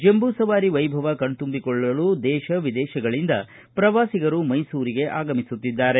ಜಂಬೂಸವಾರಿ ವೈಭವ ಕಣ್ತುಂಬಿಕೊಳ್ಳಲು ದೇಶ ವಿದೇಶಗಳಿಂದ ಪ್ರವಾಸಿಗರು ಮೈಸೂರಿಗೆ ಆಗಮಿಸುತ್ತಿದ್ದಾರೆ